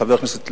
חבר הכנסת לוין,